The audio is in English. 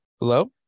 Hello